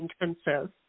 intensive